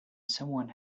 someone